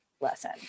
lesson